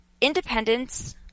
independence